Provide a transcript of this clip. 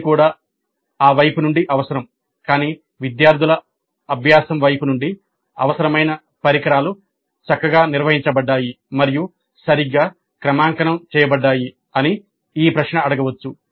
అది కూడా ఆ వైపు నుండి అవసరం కాని విద్యార్థుల అభ్యాసము వైపు నుండి "అవసరమైన పరికరాలు చక్కగా నిర్వహించబడ్డాయి మరియు సరిగ్గా క్రమాంకనం చేయబడ్డాయి" అని ఈ ప్రశ్న అడగవచ్చు